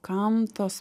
kam tos